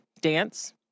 dance